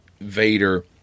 Vader